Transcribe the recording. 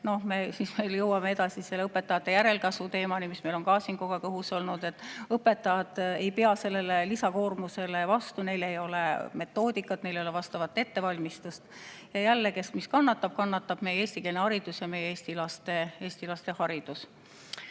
me jõuame edasi õpetajate järelkasvu teemani, mis on meil ka siin kogu aeg õhus olnud, õpetajad ei pea sellele lisakoormusele vastu, neil ei ole metoodikat, neil ei ole vastavat ettevalmistust. Ja kes või mis seetõttu kannatab? Kannatab meie eestikeelne haridus ja meie eesti laste haridus. Ja